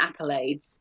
accolades